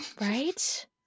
Right